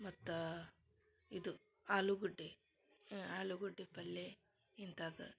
ಮತ್ತೆ ಇದು ಆಲೂಗಡ್ಡಿ ಆಲೂಗಡ್ಡಿ ಪಲ್ಯೆ ಇಂಥಾದ್